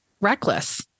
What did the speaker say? reckless